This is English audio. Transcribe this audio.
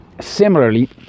similarly